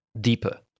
deeper